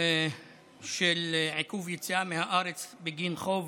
של עיכוב יציאה מהארץ בגין חוב